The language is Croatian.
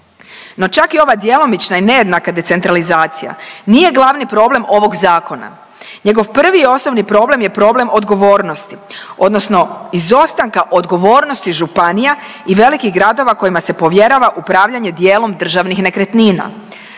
No, čak i ova djelomična i nejednaka decentralizacija nije glavni problem ovog Zakona. Njegov prvi i osnovni problem je problem odgovornosti, odnosno izostanka odgovornosti županija i velikih gradova kojima se povjerava upravljanje dijelom državnih nekretnina.